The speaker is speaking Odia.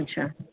ଆଚ୍ଛା